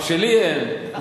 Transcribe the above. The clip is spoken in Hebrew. מה שלי אין.